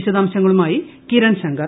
വിശദാംശങ്ങളുമായി കിരൺ ശങ്കർ